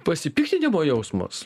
pasipiktinimo jausmas